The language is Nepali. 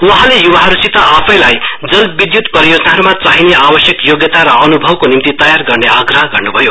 वहाँले युवाहरूसित आफैलाई जलविद्युत परियोजनाहरूमा चाहिने आवश्यक योग्यता र अन्भवको निम्ति तयार गर्ने आग्रह गर्न् भयो